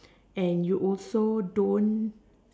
and you also don't